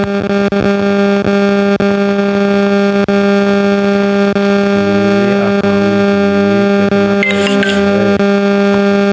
मेरे अकाउंट में केतना पैसा है?